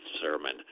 sermon